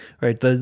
right